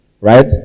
right